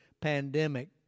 pandemic